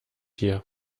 hier